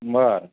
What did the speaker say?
बरं